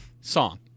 song